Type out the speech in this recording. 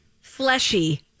fleshy